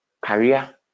career